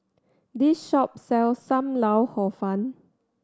this shop sells Sam Lau Hor Fun